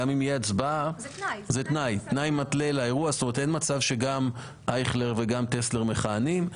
אין מצב שגם אייכלר וגם טסלר מכהנים,